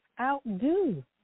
Outdo